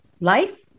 Life